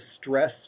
stress